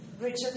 Richard